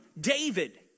David